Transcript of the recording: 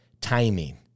timing